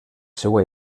seua